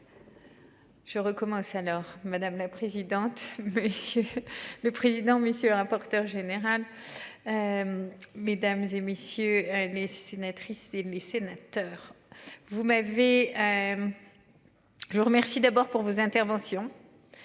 Je recommence. Alors madame la présidente, monsieur le président, monsieur le rapporteur général. Mesdames, et messieurs les sénatrices et les sénateurs, vous m'avez. Je vous remercie d'abord pour vos interventions.